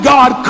God